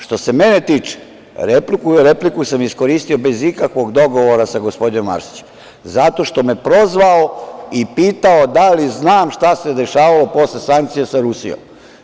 Što se mene tiče repliku sam iskoristio bez ikakvog dogovora sa gospodinom Arsićem zato što me prozvao i pitao da li znam šta se dešavalo posle sankcija sa Rusijom.